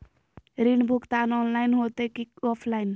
ऋण भुगतान ऑनलाइन होते की ऑफलाइन?